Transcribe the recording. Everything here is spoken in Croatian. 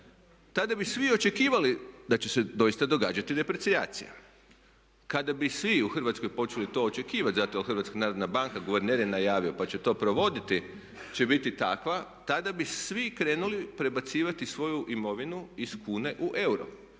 tada bi svi očekivali da će se doista događati deprecijacija. Kada bi svi u Hrvatskoj počeli to očekivali zato jer HNB, guverner je najavio pa će to provoditi će biti takva tada bi svi krenuli prebacivali svoju imovinu iz kune u euro.